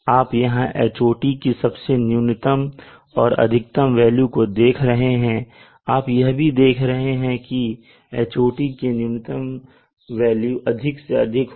आप यहां Hot की सबसे न्यूनतम और अधिकतम वेल्यू को देख रहे हैं और आप यह भी देख रहे हैं कि Hotकी न्यूनतम वेल्यू अधिक से अधिक हो